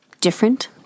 different